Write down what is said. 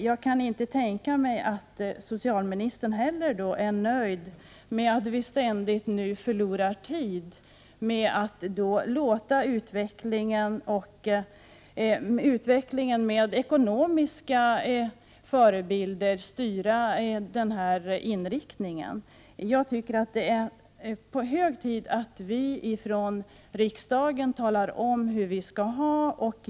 Jag kan inte tänka mig att socialministern heller är nöjd med att vi ständigt förlorar tid eller med att utvecklingen med ekonomiska förebilder styrs i den här riktningen. Jag tycker att det är hög tid att vi från riksdagen talar om hur vi skall ha det.